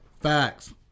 Facts